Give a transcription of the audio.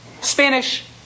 Spanish